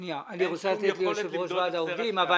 אני רוצה לתת ליושב-ראש ועד העובדים.